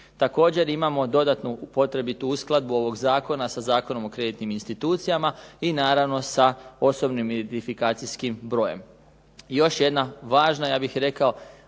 Također imamo dodatnu potrebitu uskladbu ovog zakona sa Zakonom o kreditnim institucijama i naravno sa osobnim identifikacijskim brojem. Još jedna važna ja bih rekao,